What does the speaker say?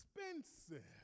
expensive